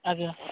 ଆଜ୍ଞା